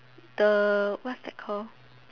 the what's that called